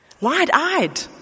wide-eyed